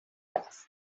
است